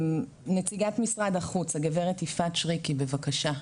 נציגת משרד החוץ, הגב' יפעת שריקי בבקשה.